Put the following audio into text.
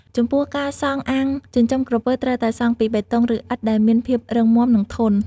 ចំពោះការសង់អាងចិញ្ចឹមក្រពើត្រូវតែសង់ពី បេតុង ឬ ឥដ្ឋ ដែលមានភាពរឹងមាំ និងធន់។